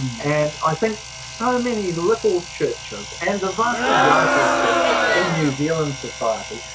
and i think so many little churches, and the vast majority of churches in new zealand society,